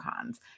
cons